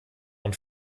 und